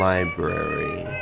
Library